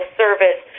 service